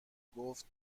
گفت